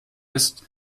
ist